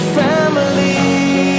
family